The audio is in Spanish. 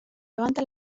levanta